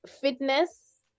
fitness